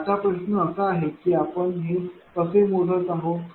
आता प्रश्न असा आहे की आपण हे कसे मोजत आहोत